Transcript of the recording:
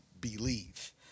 believe